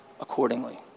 accordingly